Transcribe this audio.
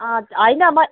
अँ होइन म